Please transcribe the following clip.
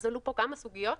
עלו פה כמה סוגיות,